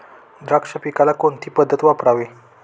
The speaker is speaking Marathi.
द्राक्ष पिकाला कोणती पद्धत वापरावी?